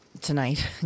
tonight